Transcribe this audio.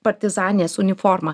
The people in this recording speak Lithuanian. partizanės uniformą